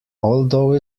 although